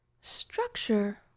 structure